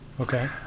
Okay